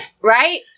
Right